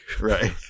right